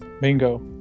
Bingo